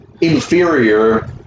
inferior